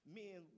men